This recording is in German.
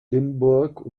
limburg